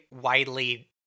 widely